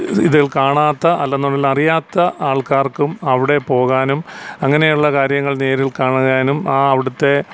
ഇതിൽ കാണാത്ത അല്ലെന്നുണ്ടെങ്കിൽ അറിയാത്ത ആൾക്കാർക്കും അവിടെ പോകാനും അങ്ങനെയുള്ള കാര്യങ്ങൾ നേരിൽ കാണാനും ആ അവിടുത്തെ